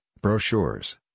brochures